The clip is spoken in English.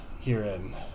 herein